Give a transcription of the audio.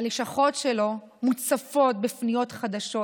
הלשכות שלו מוצפות בפניות חדשות.